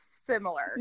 similar